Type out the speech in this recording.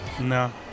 No